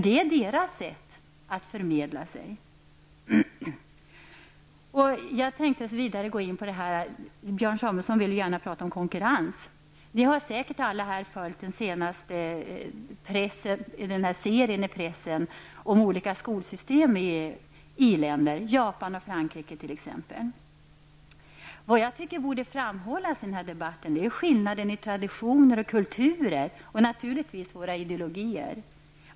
Det är ett sätt för de hörselskadade och döva att förmedla sig med omvärlden. Björn Samuelson talar gärna om konkurrens. Alla har säkert följt den senaste serien i pressen om olika skolsystem i i-länder, t.ex. i Japan och Frankrike. Vad jag tycker bör framhållas i denna debatt är skillnader i traditioner och kulturer samt naturligtvis skillnader i ideologier.